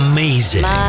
Amazing